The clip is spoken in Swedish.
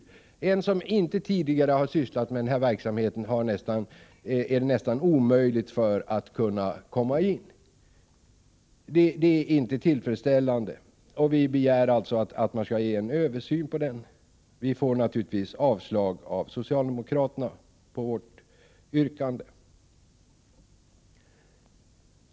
För en som inte tidigare har sysslat med sådan här verksamhet är det nästan omöjligt att komma in. Det är inte tillfredsställande, och vi begär alltså en översyn på den punkten. Vi får naturligtvis avslag av socialdemokraterna på vårt yrkande.